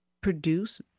produce